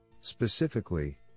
Specifically